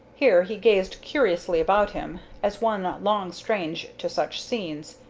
here he gazed curiously about him, as one long strange to such scenes,